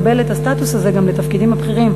לקבל את הסטטוס הזה גם לתפקידים הבכירים